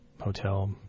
hotel